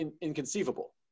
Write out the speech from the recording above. inconceivable